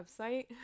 website